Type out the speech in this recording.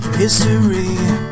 history